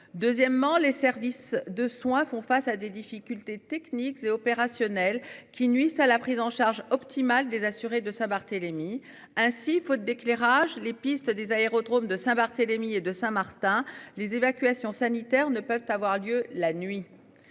Deuxièmement, les services de soins font face à des difficultés techniques et opérationnelles qui nuit à la prise en charge optimale des assurés de Saint-Barthélemy ainsi faute d'éclairage les pistes des aérodromes de Saint-Barthélemy et de Saint-Martin, les évacuations sanitaires ne peuvent avoir lieu la nuit.